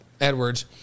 Edwards